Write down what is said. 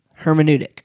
hermeneutic